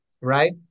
right